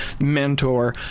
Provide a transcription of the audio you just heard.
mentor